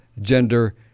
gender